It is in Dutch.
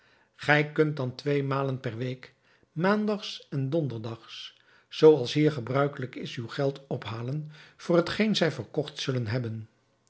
gij kunt dan twee malen per week maandags en donderdags zoo als hier gebruikelijk is uw geld ophalen voor hetgeen zij verkocht zullen hebben